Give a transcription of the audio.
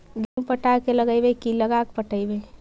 गेहूं पटा के लगइबै की लगा के पटइबै?